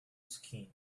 skin